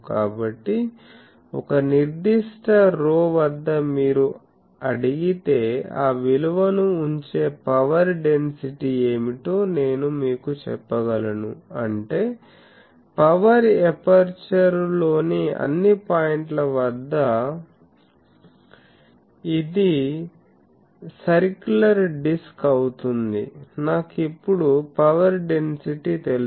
కాబట్టి ఒక నిర్దిష్ట ρ వద్ద మీరు అడిగితే ఆ విలువను ఉంచే పవర్ డెన్సిటీ ఏమిటో నేను మీకు చెప్పగలను అంటే పవర్ ఎపర్చరులోని అన్ని పాయింట్ల వద్ద ఇది సర్కులర్ డిస్క్ అవుతుంది నాకు ఇప్పుడు పవర్ డెన్సిటీ తెలుసు